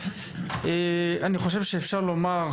אני חושב שאפשר לומר,